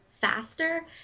faster